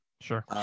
Sure